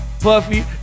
Puffy